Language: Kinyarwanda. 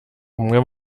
umwe